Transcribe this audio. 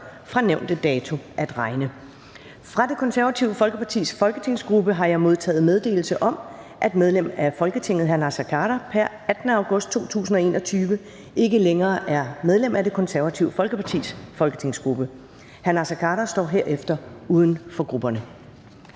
fra nævnte dato at regne. Fra Det Konservative Folkepartis folketingsgruppe har jeg modtaget meddelelse om, at medlem af Folketinget Naser Khader pr. 18. august 2021 ikke længere er medlem af Det Konservative Folkepartis folketingsgruppe. Naser Khader står herefter uden for grupperne.